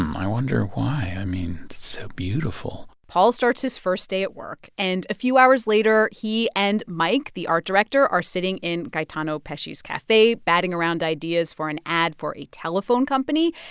i wonder why. i mean, it's so beautiful paul starts his first day at work. and, a few hours later, he and mike, the art director, are sitting in gaetano pesce's cafe batting around ideas for an ad for a telephone company.